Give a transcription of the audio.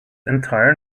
entire